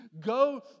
go